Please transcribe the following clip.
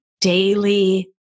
daily